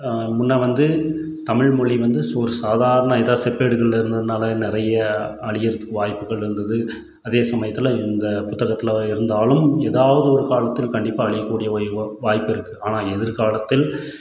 முன்னே வந்து தமிழ் மொழி வந்து ஒரு சாதாரண எதாவது செப்பேடுகளில் இருந்ததுனால நிறைய அழியிறதுக்கு வாய்ப்புகள் இருந்தது அதே சமயத்தில் இந்த புத்தகத்தில் இருந்தாலும் எதாவது ஒரு காலத்தில் கண்டிப்பாக அழியக்கூடிய ஒரு இதுவாக வாய்ப்பு இருக்கு ஆனால் எதிர்காலத்தில்